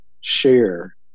share